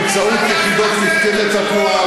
אתה ממחזר את התשובות.